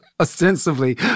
ostensibly